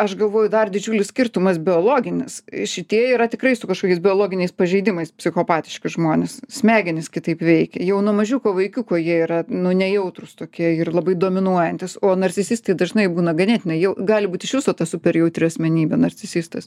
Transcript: aš galvoju dar didžiulis skirtumas biologinis šitie yra tikrai su kažkokiais biologiniais pažeidimais psichopatiški žmonės smegenys kitaip veikia jau nuo mažiuko vaikiuko jie yra nu nejautrūs tokie ir labai dominuojantys o narcisistai dažnai būna ganėtinai jau gali būt iš viso ta super jautri asmenybė narcisistas